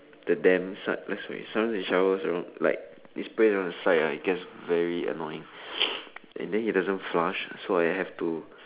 the damp side sometimes he showers you know like he sprays around the side it gets very annoying and then he doesn't flush so I have to